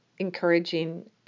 encouraging